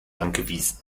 angewiesen